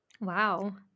Wow